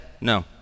no